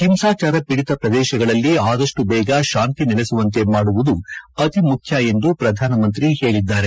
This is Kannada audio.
ಹಿಂಸಾಚಾರ ಪೀಡಿತ ಪ್ರದೇಶಗಳಲ್ಲಿ ಆದಷ್ಟು ಬೇಗ ಶಾಂತಿ ನೆಲೆಸುವಂತೆ ಮಾಡುವುದು ಅತಿಮುಖ್ಯ ಎಂದು ಪ್ರಧಾನಮಂತ್ರಿ ಹೇಳಿದ್ದಾರೆ